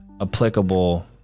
applicable